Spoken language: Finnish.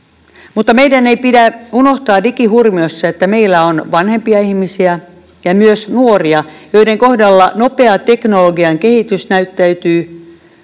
meidän ei pidä unohtaa digihurmiossa, että meillä on vanhempia ihmisiä ja myös nuoria, joiden kohdalla nopea teknologian kehitys näyttäytyy